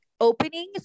openings